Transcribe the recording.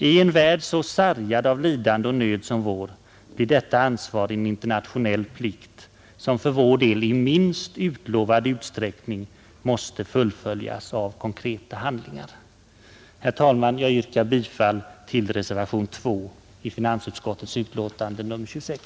I en värld så sargad av lidande och nöd som vår blir detta ansvar en internationell plikt som för vår del i minst utlovad utsträckning måste fullföljas med konkreta handlingar. Herr talman! Jag yrkar bifall till reservationen 2 i finansutskottets utlåtande nr 26.